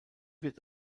wird